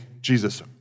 Jesus